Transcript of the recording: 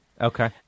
Okay